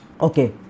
Okay